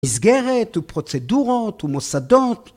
מסגרת או פרוצדורות ‫או מוסדות.